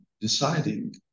deciding